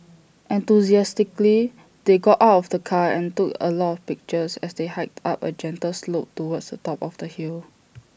enthusiastically they got out of the car and took A lot of pictures as they hiked up A gentle slope towards the top of the hill